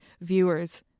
viewers